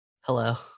Hello